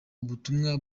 ubutumwa